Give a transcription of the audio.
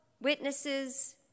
witnesses